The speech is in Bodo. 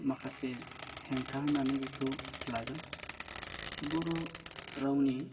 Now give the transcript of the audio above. माखासे हेंथा होनानै बेखौ लागोन बर' रावनि